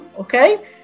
okay